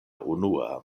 unua